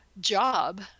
job